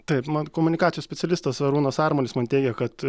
taip man komunikacijos specialistas arūnas armalis man teigia kad